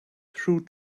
through